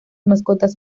mascotas